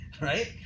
Right